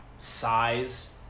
size